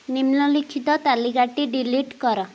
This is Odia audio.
ନିମ୍ନଲିଖିତ ତାଲିକାଟି ଡିଲିଟ୍ କର